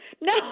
No